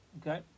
Okay